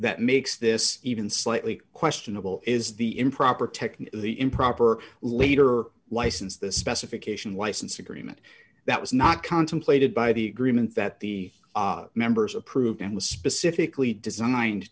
that makes this even slightly questionable is the improper technique the improper leader license the specification license agreement that was not contemplated by the agreement that the members approved and was specifically designed